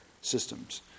systems